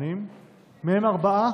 מהם ארבעה